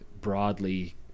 broadly